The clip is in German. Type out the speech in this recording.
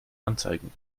anzeigen